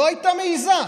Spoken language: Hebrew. לא הייתה מעיזה,